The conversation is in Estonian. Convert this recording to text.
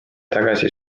tagasi